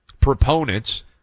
proponents